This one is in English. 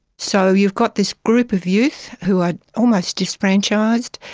so you've got this group of youth who are almost disenfranchised,